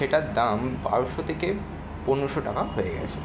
সেটার দাম বারোশো থেকে পনেরোশো টাকা হয়ে গেছে